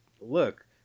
look